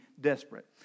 desperate